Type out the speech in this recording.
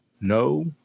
no